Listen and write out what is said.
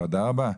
תודה רבה.